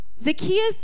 Zacchaeus